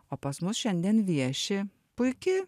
o pas mus šiandien vieši puiki